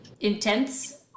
intense